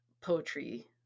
poetry